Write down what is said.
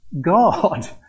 God